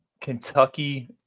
Kentucky